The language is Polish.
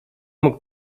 mógł